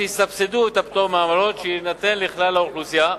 שיסבסדו את הפטור מעמלות שיינתן לכלל האוכלוסייה,